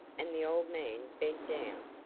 and the old man bent down,